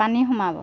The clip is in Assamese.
পানী সোমাব